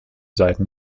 seiten